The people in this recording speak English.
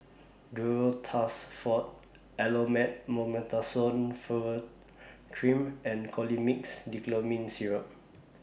Duro Tuss Forte Elomet Mometasone Furoate Cream and Colimix Dicyclomine Syrup